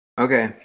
Okay